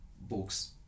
books